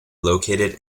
located